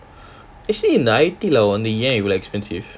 actually ninety lah வந்து ஏன் இவளோ:wanthu ean iwalo expensive